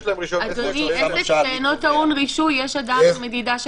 אדוני, בעסק שאינו טעון רישוי, יש מדידה של